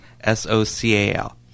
s-o-c-a-l